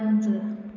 बंदि